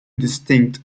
distinct